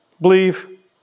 Believe